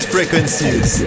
Frequencies